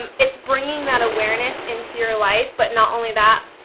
um it's bringing that awareness into your life, but not only that,